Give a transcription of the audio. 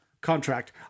contract